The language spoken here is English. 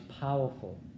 powerful